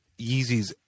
Yeezys